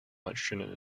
nitrogen